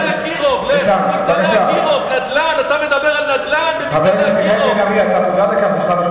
ל"אקירוב", אל תדבר על נדל"ן, לך ל"אקירוב".